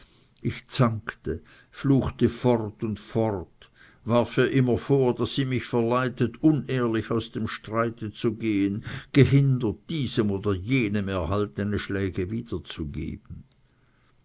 ich zankte fluchte fort und fort warf ihr immer vor daß sie mich verleitet unehrlich aus dem streite zu gehen gehindert diesem oder jenem erhaltene schläge